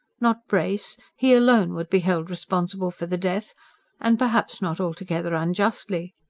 not brace he alone would be held responsible for the death and perhaps not altogether unjustly.